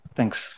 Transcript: Thanks